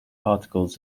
particles